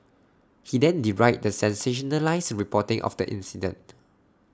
he then derided the sensationalised reporting of the incident